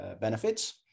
benefits